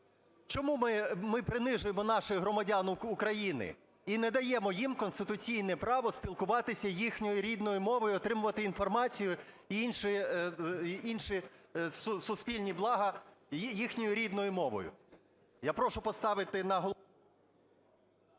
Чому ми принижуємо наших громадян України і не даємо їм конституційне право спілкуватися їхньою рідною мовою і отримувати інформацію, інші суспільні блага їхньою рідною мовою? Я прошу поставити на голосування…